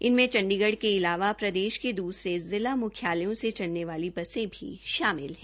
इनमें चंडीगढ़ के अलावा प्रदेश के दूसरे जिला मुख्यालयों से चलने वाली बसें भी शामिल हैं